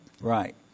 Right